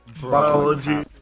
Biology